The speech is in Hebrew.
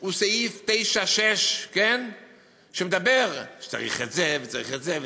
הוא סעיף 9(6), שאומר שצריך את זה וצריך את זה,